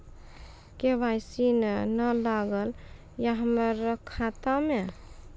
KYC ने न लागल या हमरा खाता मैं?